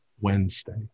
Wednesday